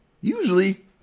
usually